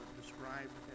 described